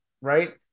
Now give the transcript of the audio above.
right